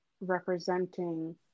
representing